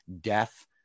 death